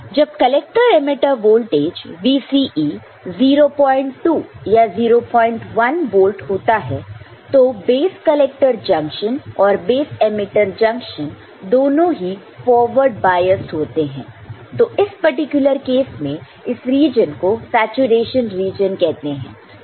जब collector emitter voltage VCE 02 या 01 volt होता है तो B C जंक्शन और B E जंक्शन दोनों ही फॉरवर्ड बायअस्ड होते हैं तो इस पर्टिकुलर केस में इस रीजन को सैचुरेशन रीजन कहते हैं